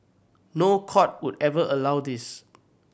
no court would ever allow this